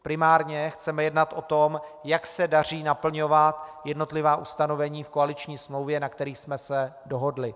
Primárně chceme jednat o tom, jak se daří naplňovat jednotlivá ustanovení v koaliční smlouvě, na kterých jsme se dohodli.